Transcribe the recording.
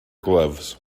gloves